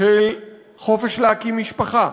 של חופש להקים משפחה,